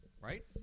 Right